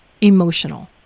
emotional